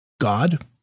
God